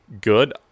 Good